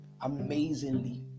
amazingly